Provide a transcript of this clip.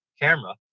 camera